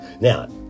Now